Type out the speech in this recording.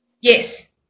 Yes